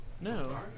No